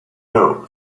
know